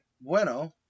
bueno